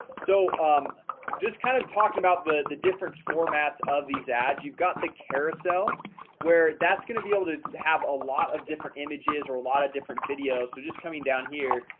so um just kind of talking about the the different formats of these ads you've got the carousel where that's gonna be able to to have a lot of different images or a lot of different videos so just coming down here.